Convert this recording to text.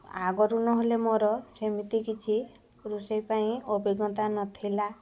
ଆଗରୁ ନହେଲେ ମୋର ସେମିତି କିଛି ରୋଷେଇ ପାଇଁ ଅଭିଜ୍ଞତା ନଥିଲା